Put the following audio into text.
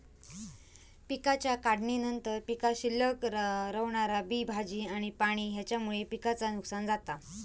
पिकाच्या काढणीनंतर पीकात शिल्लक रवणारा बी, भाजी आणि पाणी हेच्यामुळे पिकाचा नुकसान जाता